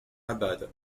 abad